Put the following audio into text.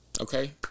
Okay